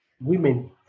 women